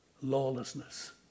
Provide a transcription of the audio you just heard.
lawlessness